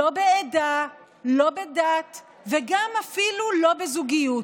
לא בעדה, לא בדת ואפילו לא בזוגיות.